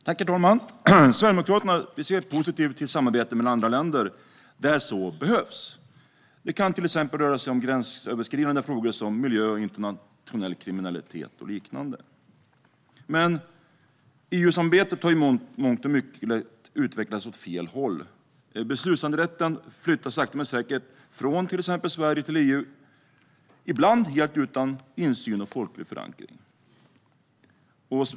Herr talman! Sverigedemokraterna ser positivt på samarbete med andra länder där så behövs. Det kan till exempel röra sig om gränsöverskridande frågor som miljö, internationell kriminalitet och liknande. Men EU-samarbetet har i mångt och mycket utvecklats åt fel håll. Beslutanderätten flyttas sakta men säkert från till exempel Sverige till EU, ibland helt utan insyn eller folklig förankring.